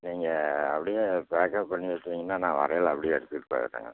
நீங்கள் அப்டியே பேக்காக பண்ணி வச்சுருந்தீங்கன்னா நான் வரையிலே அப்படியே எடுத்துகிட்டு போயிடறேங்க